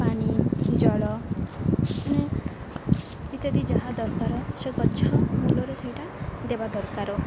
ପାଣି ଜଳ ମାନେ ଇତ୍ୟାଦି ଯାହା ଦରକାର ସେ ଗଛ ମୂଳରେ ସେଇଟା ଦେବା ଦରକାର